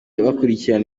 bakurikirana